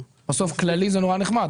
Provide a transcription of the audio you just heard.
כללי זה נורא נחמד,